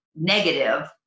negative